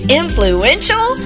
influential